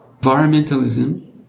Environmentalism